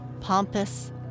pompous